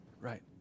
right